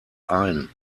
ein